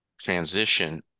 transition